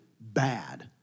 bad